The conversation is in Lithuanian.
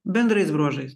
bendrais bruožais